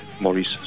Maurice